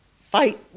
fight